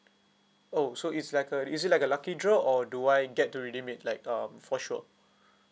oh so it's like a is it like a lucky draw or do I get to redeem it like um for sure